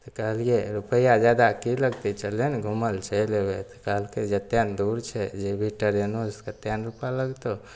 तऽ कहलियै रुपैआ जादा की लगतै चलै ने घूमे लए चलि अयबै तऽ कहलकै जते ने दूर छै जेभी टरेनो सऽ कते ने रूपा लगतौ